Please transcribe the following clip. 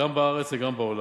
גם בארץ וגם בעולם,